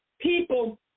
people